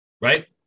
right